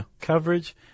coverage